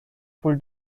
full